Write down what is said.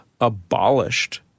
abolished